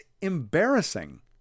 embarrassing